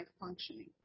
functioning